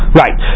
right